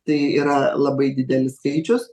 tai yra labai didelis skaičius